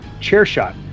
CHAIRSHOT